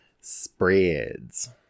Spreads